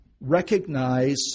recognize